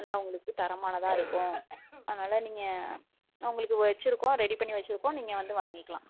நல்லா உங்களுக்கு தரமானதாக இருக்கும் அதனால் நீங்கள் உங்களுக்கு வெச்சுருக்கோம் ரெடி பண்ணி வெச்சுருக்கோம் நீங்கள் வந்து வாங்கிக்கலாம்